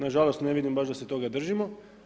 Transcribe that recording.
Nažalost, ne vidim baš da se toga držimo.